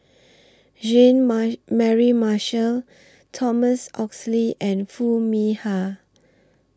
Jean Mary Marshall Thomas Oxley and Foo Mee Har